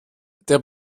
der